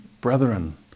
brethren